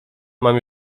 mam